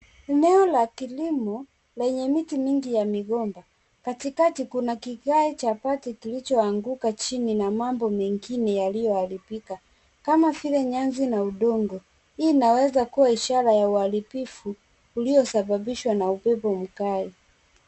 Eneo la kilimo lenye miti mingi ya migomba, katikati kuna kigae cha bati kilichoanguka chini na mabo mengine yaliyoharibika, kama vile nyasi na udongo. Hii inaweza kuwa ishara ya uharibifu uliosababishwa na upepo mkali.